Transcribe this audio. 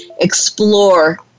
explore